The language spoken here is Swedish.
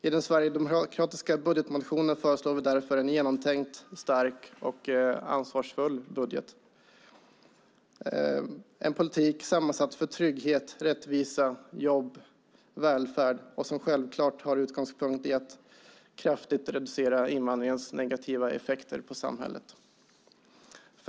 I den sverigedemokratiska budgetmotionen föreslår vi därför en genomtänkt, stark och ansvarsfull budget, en sammansatt politik för trygghet, rättvisa, jobb och välfärd som självfallet har som utgångspunkt att kraftigt reducera invandringens negativa effekter på samhället.